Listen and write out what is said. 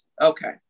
okay